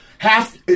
half